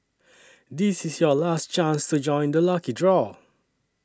this is your last chance to join the lucky draw